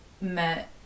met